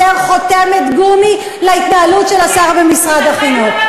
חותמת גומי להתנהלות של השר במשרד החינוך.